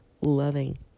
loving